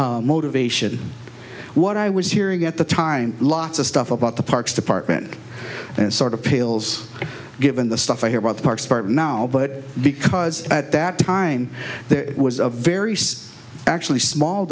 motivation what i was hearing at the time lots of stuff about the parks department and it sort of pales given the stuff i hear about the parks part now but because at that time there was a very sad actually small